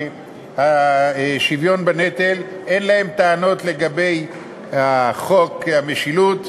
השוויון בנטל, אין להם טענות לגבי חוק המשילות,